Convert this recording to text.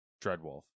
Dreadwolf